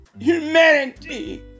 Humanity